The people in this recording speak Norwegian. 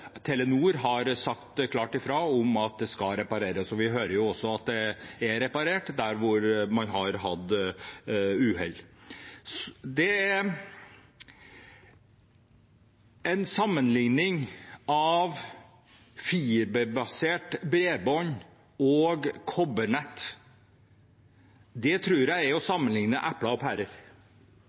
det skulle repareres. Vi hører også at det er reparert der hvor man har hatt uhell. Fiberbasert bredbånd og kobbernett sammenlignes. Det tror jeg er som å sammenligne epler og pærer. Det er helt andre hastigheter som kreves og tilbys gjennom fibernettet. Det man kan sammenligne med, er